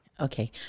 Okay